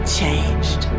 changed